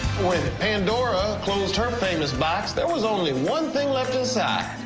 when pandora closed her famous box, there was only one thing left inside.